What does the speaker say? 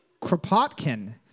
Kropotkin